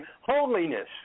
holiness